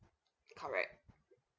correct